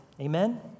Amen